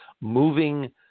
moving